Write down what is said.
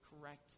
correctly